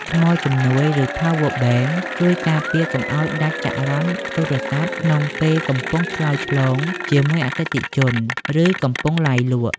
ថ្មជំនួយ ឬ Power Bank ជួយការពារកុំឱ្យដាច់ចរន្តទូរស័ព្ទក្នុងពេលកំពុងឆ្លើយឆ្លងជាមួយអតិថិជន ឬកំពុងឡាយលក់។